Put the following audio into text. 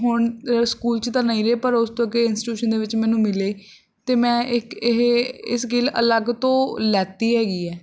ਹੁਣ ਅ ਸਕੂਲ 'ਚ ਤਾਂ ਨਹੀਂ ਰਹੇ ਪਰ ਉਸ ਤੋਂ ਅੱਗੇ ਇੰਸਟੀਟਿਊਸ਼ਨ ਦੇ ਵਿੱਚ ਮੈਨੂੰ ਮਿਲੇ ਅਤੇ ਮੈਂ ਇੱਕ ਇਹ ਇਹ ਸਕਿੱਲ ਅਲੱਗ ਤੋਂ ਲਿੱਤੀ ਹੈਗੀ ਹੈ